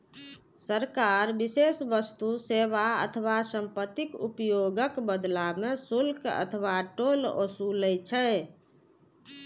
सरकार विशेष वस्तु, सेवा अथवा संपत्तिक उपयोगक बदला मे शुल्क अथवा टोल ओसूलै छै